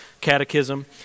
catechism